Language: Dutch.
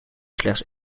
slechts